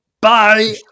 bye